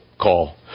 call